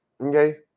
Okay